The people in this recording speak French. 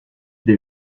des